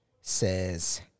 says